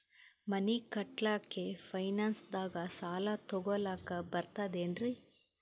ಮನಿ ಕಟ್ಲಕ್ಕ ಫೈನಾನ್ಸ್ ದಾಗ ಸಾಲ ತೊಗೊಲಕ ಬರ್ತದೇನ್ರಿ?